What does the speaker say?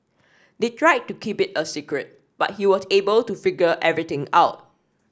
they tried to keep it a secret but he was able to figure everything out